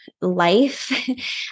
life